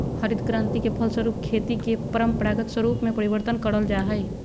हरित क्रान्ति के फलस्वरूप खेती के परम्परागत स्वरूप में परिवर्तन करल जा हइ